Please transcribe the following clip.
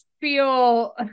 feel